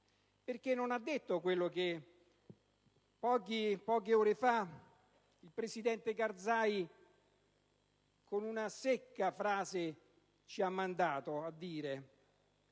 perché non ha ricordato quello che poche ore fa il Presidente Karzai, con una secca frase, ci ha mandato a dire: